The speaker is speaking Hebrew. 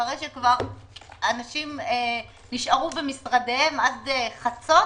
אחרי שאנשים כבר נשארו במשרדיהם עד חצות